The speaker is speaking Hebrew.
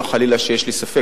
לא שחלילה יש לי ספק.